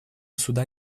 суда